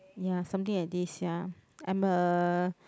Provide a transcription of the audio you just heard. ya something like this ya I'm a